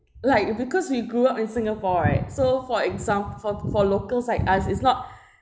like because we grew up in singapore right so for exam~ for for locals like us it's not